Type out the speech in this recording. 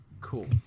Cool